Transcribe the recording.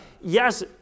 Yes